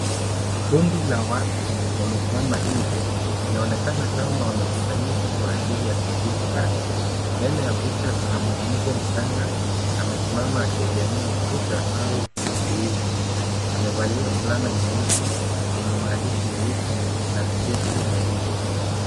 Kundi la watu wamesimama nje, inaonekana kama wamekusanyika kwa ajili ya tukio fulani. Mbele ya picha kuna mwanamke mchanga amesimama akiegemea ukuta au kizuizi. Amevalia fulana nyeusi yenye maandishi meupe na sketi nyeusi.